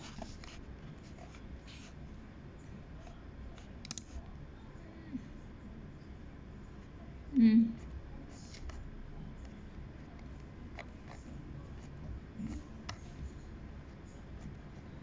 mm